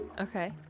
okay